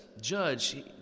judge